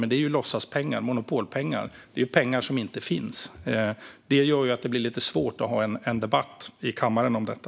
Detta är dock låtsaspengar, eller monopolpengar - det är pengar som inte finns. Det gör att det blir lite svårt att ha en debatt i kammaren om detta.